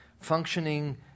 functioning